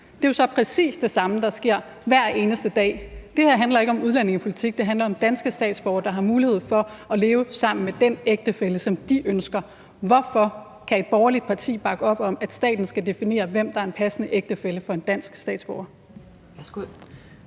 det er jo så præcis det samme, der sker hver eneste dag. Det her handler ikke om udlændingepolitik; det handler om, at danske statsborgere har mulighed for at leve sammen med den ægtefælle, som de ønsker. Hvorfor kan et borgerligt parti bakke op om, at staten skal definere, hvem der er en passende ægtefælle for en dansk statsborger?